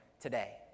today